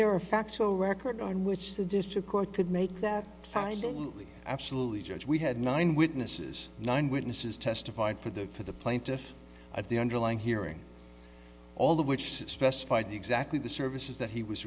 there a factual record on which the district court could make that absolutely judge we had nine witnesses nine witnesses testified for the for the plaintiff at the underlying hearing all of which specified exactly the services that he was